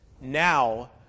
now